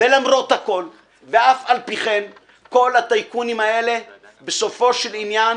למרות הכול ואף על פי כן כל הטייקונים האלה בסופו של עניין,